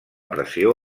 pressió